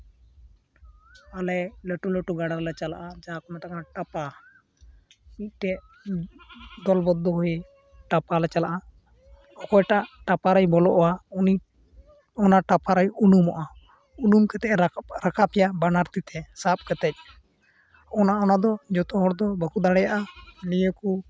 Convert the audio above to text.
ᱟᱞᱮ ᱞᱟᱹᱴᱩ ᱞᱟᱹᱴᱩ ᱜᱟᱰᱟ ᱨᱮᱞᱮ ᱪᱟᱞᱟᱜᱼᱟ ᱡᱟᱟᱸ ᱠᱚ ᱢᱮᱛᱟᱜ ᱠᱟᱱᱟ ᱴᱟᱯᱟ ᱢᱤᱫᱴᱮᱡ ᱫᱚᱞ ᱵᱚᱫᱽᱫᱷᱚ ᱵᱷᱟᱵᱮ ᱴᱟᱯᱟ ᱞᱮ ᱪᱟᱞᱟᱜᱼᱟ ᱚᱠᱚᱭᱴᱟᱜ ᱴᱟᱯᱟ ᱨᱮᱭ ᱵᱚᱞᱚᱜᱼᱟ ᱩᱱᱤ ᱚᱱᱟ ᱴᱟᱯᱟ ᱨᱮᱭ ᱩᱱᱩᱢᱚᱜᱼᱟ ᱩᱱᱩᱢ ᱠᱟᱛᱮᱭ ᱨᱟᱠᱟᱯᱮᱭᱟ ᱵᱟᱱᱟᱨ ᱛᱤᱛᱮ ᱥᱟᱵ ᱠᱟᱛᱮᱫ ᱚᱱᱟ ᱚᱱᱟ ᱫᱚ ᱡᱚᱛᱚ ᱦᱚᱲ ᱫᱚ ᱵᱟᱠᱚ ᱫᱟᱲᱮᱭᱟᱜᱼᱟ ᱱᱤᱭᱟᱹ ᱠᱚ